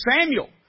Samuel